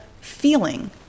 feeling